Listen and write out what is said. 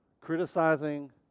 criticizing